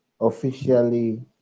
officially